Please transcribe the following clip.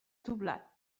doblat